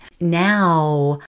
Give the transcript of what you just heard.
now